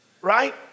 Right